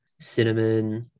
cinnamon